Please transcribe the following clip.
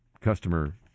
customer